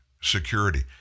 security